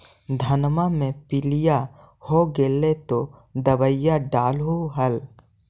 धनमा मे पीलिया हो गेल तो दबैया डालो हल?